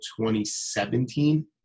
2017